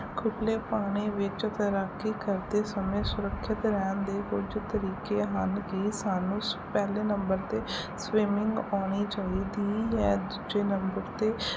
ਖੁੱਲ੍ਹੇ ਪਾਣੀ ਵਿੱਚ ਤੈਰਾਕੀ ਕਰਦੇ ਸਮੇਂ ਸੁਰੱਖਿਅਤ ਰਹਿਣ ਦੇ ਕੁਝ ਤਰੀਕੇ ਹਨ ਕਿ ਸਾਨੂੰ ਸ ਪਹਿਲੇ ਨੰਬਰ 'ਤੇ ਸਵਿਮਿੰਗ ਆਉਣੀ ਚਾਹੀਦੀ ਹੈ ਦੁਜੇ ਨੰਬਰ 'ਤੇ